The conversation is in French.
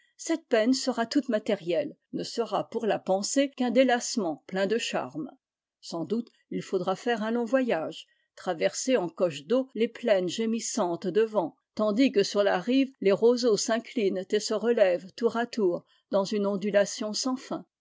cette peine sera toute matérielle ne sera pourla pensée qu'un délassement plein de charme sans doute il faudra faire un long voyage traverser en coche d'eau les plaines gémissantes de vent tandis que sur la rive les roseaux s'inclinent et se relèvent tour à tour dans une ondulation sans fin